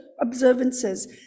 observances